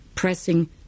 pressing